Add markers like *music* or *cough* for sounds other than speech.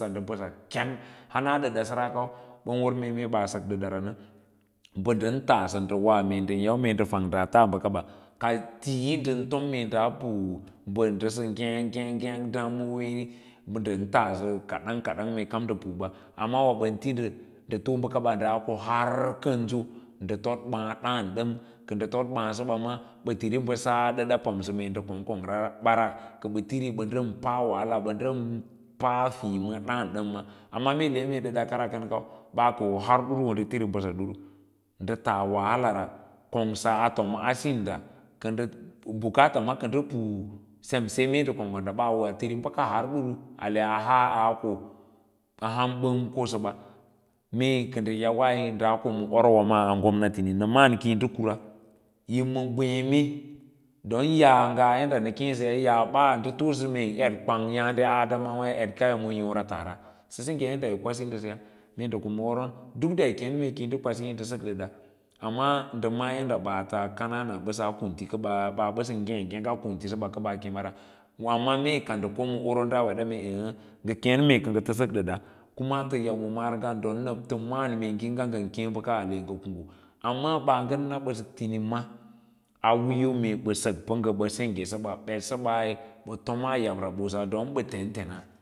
Ban sa mbasa keng heng dada sara kau ban war mee mee b asak nda dadara na. mba nda taasa nda wa mee ndan yau nda fang nda wa mee ndan yau nda feng daa taa baku waba kai tii ndan tom mee daaa pu mba ndasa nyek njek ngek damuwoyi, mba ndan taasa kadan kadan mee nda puba, amma wa ban tin da too bakaba daa k har kanjo nda tod baa daan dam ka nda tod baa saba ma ba tiri basag a dada pamsa mee an kong kongra bara ka ba tiri ban dan pa wahala ka ndan pa fiima daan damma kuma mee le mee dada kan lau baa ka wo har ma wo nda tiri mbasa diiru nda tas wahala ra kongea pu bukats ma ka nda pu sem sai mee nda konggonda baa wao tiri baka har duru ale woa ha aa ko a ham ban kosaba meeka nda yawai daa koma orwa maa a gomnati na malan kiyi nda kure yima ngwee me don yaa nga yadda na keesaya njang gaa nda toosa mee kwangya adamwa ya efkaya yi ma yarataara sa sengya yadda yi kwasi ndasaya mee nda ko ma aron duk dayikee nmee kiyi nda kwasi yin da sak dada, amra nda ma’a yada baats kanana a kunti saba n ngek ngek a kunti sab ana wa ma mee ka nda ko ma oron daud aa kwede mee da nga keen mee kata sak dada kuma ta yau ma mara ngan ton *noise* ta ma’an mee ngiiga nga nkeen baka ale nga kurgya amma ba ngan na basa timimaba a wiiya ngan b asak pa ng aba sengyi sabsi ba toma yabra bosa don ba tetena.